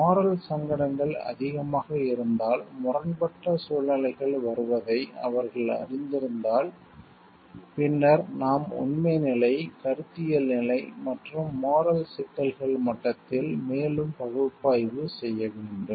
moral சங்கடங்கள் அதிகமாக இருந்தால் முரண்பட்ட சூழ்நிலைகள் வருவதை அவர்கள் அறிந்திருந்தால் பின்னர் நாம் உண்மை நிலை கருத்தியல் நிலை மற்றும் மோரல் சிக்கல்கள் மட்டத்தில் மேலும் பகுப்பாய்வு செய்ய வேண்டும்